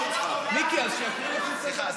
מיקי, אז שיקריא לפי סדר הדוברים.